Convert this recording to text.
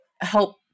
help